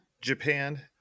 Japan